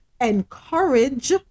encourage